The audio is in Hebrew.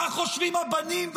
מה חושבים הבנים והבנות,